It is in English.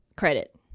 credit